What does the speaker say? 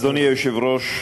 אדוני היושב-ראש,